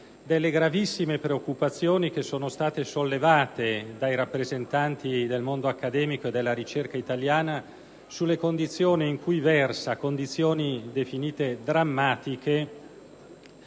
delle gravissime preoccupazioni che sono state sollevate dai rappresentanti del mondo accademico e della ricerca italiana sulle condizioni - definite drammatiche